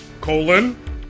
colon